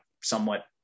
somewhat